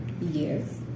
Yes